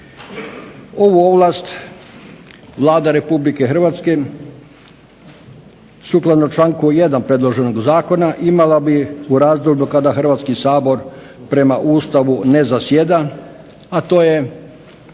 Ovu ovlast Vlada Republike Hrvatske sukladno članku 1. Predloženog Zakona imala bi u razdoblju kada Hrvatski sabor prema Ustavu ne zasjeda a to je